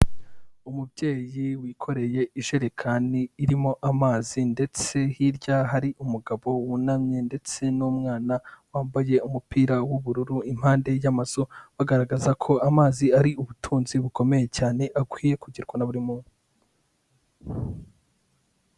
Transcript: Umubyeyi wikoreye ijerekani irimo amazi ndetse hirya hari umugabo wunamye ndetse n'umwana wambaye umupira w'ubururu, impande y'amazu bagaragaza ko amazi ari ubutunzi bukomeye cyane, akwiye kugirwa na buri muntu.